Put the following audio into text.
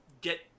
get